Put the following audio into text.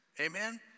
Amen